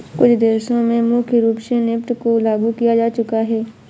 कुछ देशों में मुख्य रूप से नेफ्ट को लागू किया जा चुका है